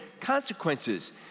consequences